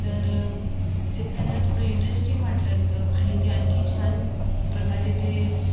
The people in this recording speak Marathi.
तर ते त्यांना थोडं इंटरेस्टिंग वाटलं असतं आणि ते आणखी छान प्रकारे ते